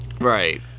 Right